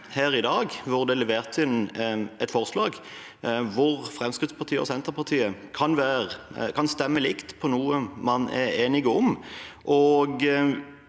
her i dag, siden det er levert inn et forslag, til at Fremskrittspartiet og Senterpartiet kan stemme likt på noe man er enige om.